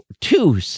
two